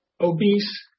obese